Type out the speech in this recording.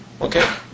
Okay